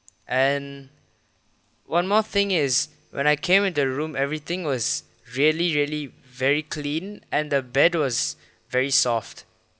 and one more thing is when I came into the room everything was really really very clean and the bed was very soft